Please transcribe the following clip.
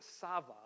Sava